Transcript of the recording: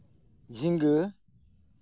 ᱡᱷᱤᱸᱜᱟᱹ